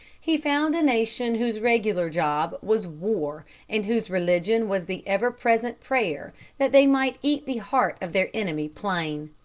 he found a nation whose regular job was war and whose religion was the ever-present prayer that they might eat the heart of their enemy plain.